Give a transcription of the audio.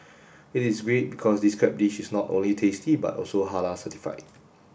it is great because this crab dish is not only tasty but also Halal certified